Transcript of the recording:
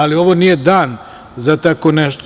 Ali, ovo nije dan za tako nešto.